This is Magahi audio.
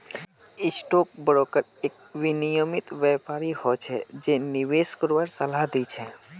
स्टॉक ब्रोकर एक विनियमित व्यापारी हो छै जे निवेश करवार सलाह दी छै